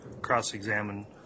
cross-examine